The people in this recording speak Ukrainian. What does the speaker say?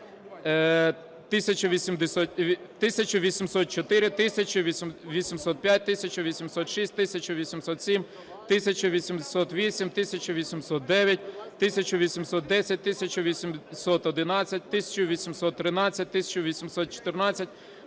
1804, 1805, 1806, 1807, 1808, 1809, 1810, 1811, 1813, 1814,